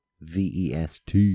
vest